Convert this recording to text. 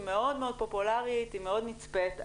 היא מאוד פופולארית ומאוד נצפית.